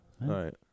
right